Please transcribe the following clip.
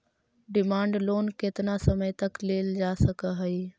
demand loan केतना समय तक लेल जा सकऽ हई